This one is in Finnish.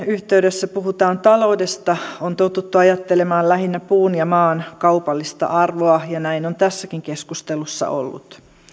yhteydessä puhutaan taloudesta on totuttu ajattelemaan lähinnä puun ja maan kaupallista arvoa ja näin on tässäkin keskustelussa ollut